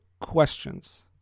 questions